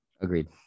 Agreed